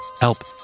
help